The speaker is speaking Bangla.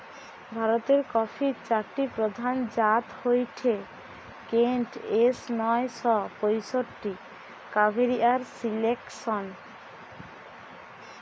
ভারতের কফির চারটি প্রধান জাত হয়ঠে কেন্ট, এস নয় শ পয়ষট্টি, কাভেরি আর সিলেকশন